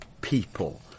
people